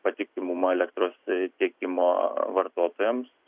patikimumą elektros tiekimo vartotojams